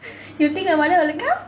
you think my mother will come